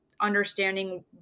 understanding